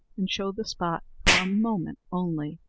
and showed the spot for a moment only.